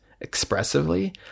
expressively